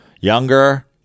younger